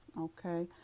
Okay